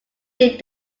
did